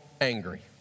angry